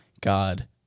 God